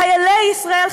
חיילי ישראל,